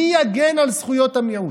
מי יגן על זכויות המיעוט?